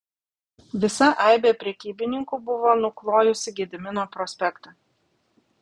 visa aibė prekybininkų buvo nuklojusi gedimino prospektą